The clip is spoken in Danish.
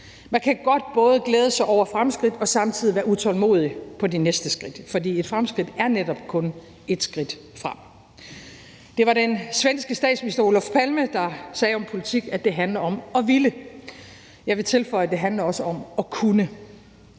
Man kan godt både glæde sig over fremskridt og samtidig være utålmodig efter de næste skridt, for et fremskridt er netop kun et skridt frem. Det var den svenske statsminister Olof Palme, der sagde om politik, at det handler om at ville. Jeg vil tilføje, at det også handler om at kunne.